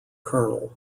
kernel